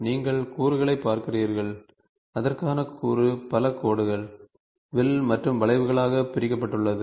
நீங்கள் கூறுகளைப் பார்க்கிறீர்கள் அதற்கான கூறு பல கோடுகள் வில் மற்றும் வளைவுகளாக பிரிக்கப்பட்டுள்ளது